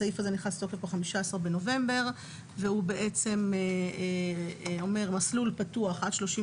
הסעיף הזה נכנס לתוקף ב-15 בנובמבר והוא בעצם אומר מסלול פתוח עד 36